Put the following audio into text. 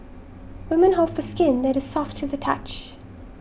women hope for skin that is soft to the touch